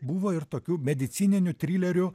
buvo ir tokių medicininių trilerių